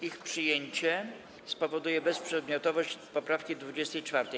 Ich przyjęcie spowoduje bezprzedmiotowość poprawki 24.